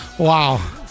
Wow